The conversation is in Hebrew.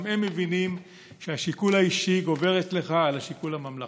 גם הם מבינים שהשיקול האישי גובר אצלך על השיקול הממלכתי.